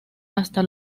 hasta